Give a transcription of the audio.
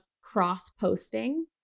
cross-posting